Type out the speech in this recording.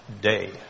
day